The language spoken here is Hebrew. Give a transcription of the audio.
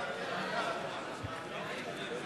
ההצעה להעביר את